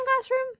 classroom